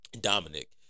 Dominic